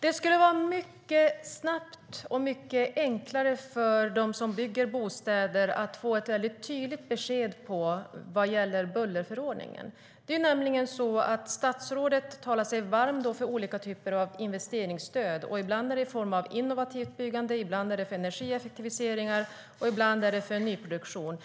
Det skulle kunna gå mycket snabbt och vara mycket enklare för dem som bygger bostäder att få ett tydligt besked om bullerförordningen. Statsrådet talar sig varm för olika typer av investeringsstöd. Ibland är det i form av innovativt byggande, ibland är det för energieffektiviseringar, ibland är det för nyproduktion.